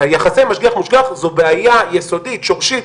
יחסי משגיח-מושגח זו בעיה יסודית שורשית,